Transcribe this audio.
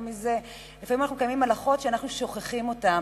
לפעמים אנחנו מקיימים הלכות שאנחנו שוכחים אותן.